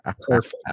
Perfect